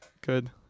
Good